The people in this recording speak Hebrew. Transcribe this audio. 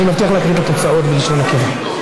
אני מבטיח להקריא את התוצאות בלשון נקבה.